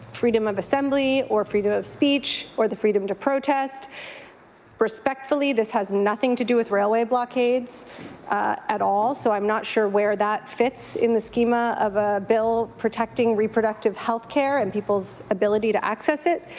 freedom of assembly or freedom of speech or the freedom to protest respectfully this has nothing to do with railway blockades at all so i'm not sure where that fits in the schema of a bill protecting reproductive health care and people's ability to access it.